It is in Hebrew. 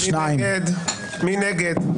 מי נגד?